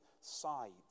sides